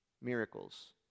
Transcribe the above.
Miracles